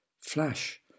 Flash